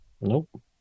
nope